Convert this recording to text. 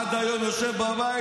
עד היום יושב בבית,